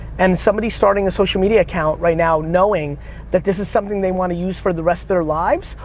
and somebody starting a social media account right now, knowing that this is something they want to use for the rest of their lives,